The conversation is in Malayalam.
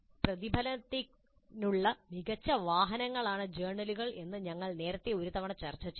പ്രതിഫലനത്തിനുള്ള മികച്ച വാഹനങ്ങളാണ് ജേർണലുകൾ എന്ന് ഞങ്ങൾ നേരത്തെ ഒരു തവണ ചർച്ചചെയ്തു